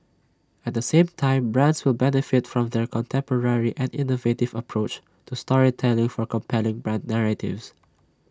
at the same time brands will benefit from their contemporary and innovative approach to storytelling for compelling brand narratives